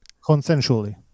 consensually